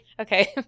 Okay